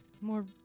More